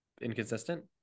inconsistent